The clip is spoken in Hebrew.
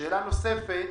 שאלה נוספת